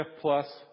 plus